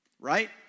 Right